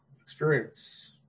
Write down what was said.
experience